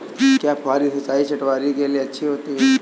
क्या फुहारी सिंचाई चटवटरी के लिए अच्छी होती है?